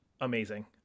amazing